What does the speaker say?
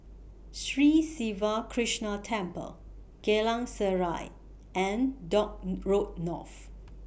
Sri Siva Krishna Temple Geylang Serai and Dock Road North